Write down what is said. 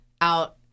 out